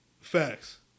Facts